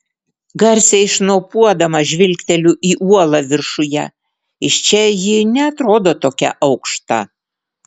garsiai šnopuodama žvilgteliu į uolą viršuje iš čia ji neatrodo tokia aukšta